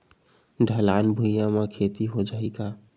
ढलान भुइयां म खेती हो जाही का?